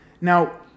Now